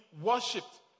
worshipped